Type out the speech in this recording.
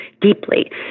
deeply